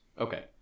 Okay